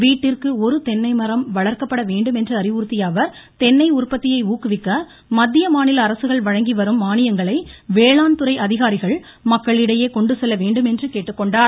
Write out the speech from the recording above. வீட்டிற்கு ஒரு தென்னை மரம் வளர்க்கப்பட வேண்டும் என்று அறிவுறுத்தியஅவர் தென்னை உற்பத்தியை ஊககுவிக்க மத்திய மாநில அரசுகள் வழங்கிவரும் மானியங்களை வேளாண்துறை அதிகாரிகள் மக்களிடையே கொண்டு செல்ல வேண்டும் என்று கேட்டுக்கொண்டார்